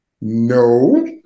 No